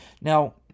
Now